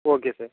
okay sir